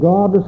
God